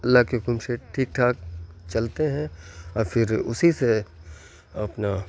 اللہ کے حکم شے ٹھیک ٹھاک چلتے ہیں اور پھر اسی سے اپنا